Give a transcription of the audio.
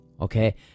Okay